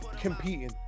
competing